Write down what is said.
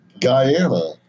Guyana